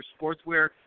Sportswear